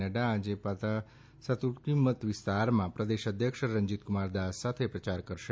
નહા આજે પાતાસાર્કુસી મતવિસ્તારમાં પ્રદેશ અધ્યક્ષ રંજીત કુમાર દાસ સાથે પ્રચાર કરશે